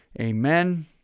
Amen